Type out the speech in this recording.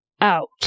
out